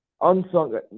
unsung